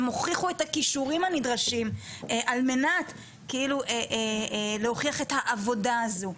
הם הוכיחו את הכישורים הנדרשים ל מנת להוכיח את העבודה הזו.